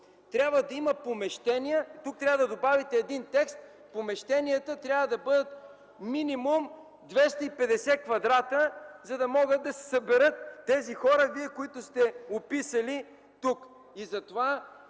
Това е абсурдно! Тук трябва да добавите един текст: помещенията трябва да бъдат минимум 250 квадрата, за да могат да се съберат тези хора, които сте описали тук.